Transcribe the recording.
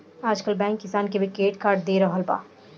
आजकल बैंक किसान के भी क्रेडिट कार्ड दे रहल बा